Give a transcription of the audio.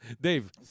Dave